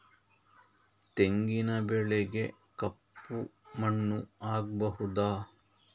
ತೆಂಗಿನ ಬೆಳೆಗೆ ಕಪ್ಪು ಮಣ್ಣು ಆಗ್ಬಹುದಾ?